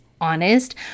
honest